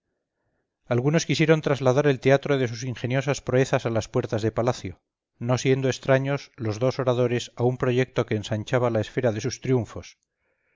algunos quisieron trasladar el teatro de sus ingeniosas proezas a las puertas de palacio no siendo extraños losdos oradores a un proyecto que ensanchaba la esfera de sus triunfos